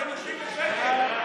אתה מבין את זה?